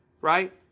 right